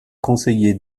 conseillers